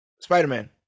Spider-Man